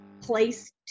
place